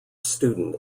student